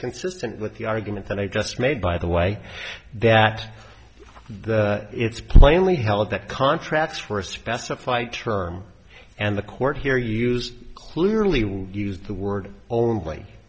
consistent with the argument that i just made by the way that the it's plainly held that contracts for a specified term and the court here use clearly when you use the word only